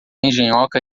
engenhoca